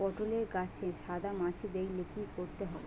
পটলে গাছে সাদা মাছি দেখালে কি করতে হবে?